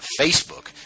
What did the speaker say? Facebook